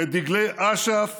את דגלי אש"ף